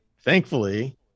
thankfully